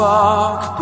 walk